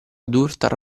durtar